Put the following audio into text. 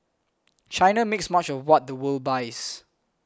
China makes much of what the world buys